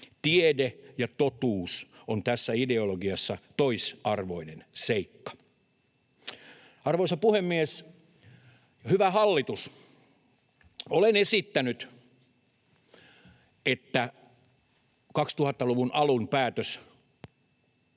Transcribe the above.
Tiede ja totuus on tässä ideologiassa toisarvoinen seikka. Arvoisa puhemies! Hyvä hallitus, olen esittänyt, että 2000-luvun alun päätös